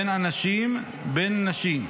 בין אנשים בין נשים.